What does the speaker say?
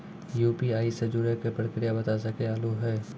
UPI से जुड़े के प्रक्रिया बता सके आलू है?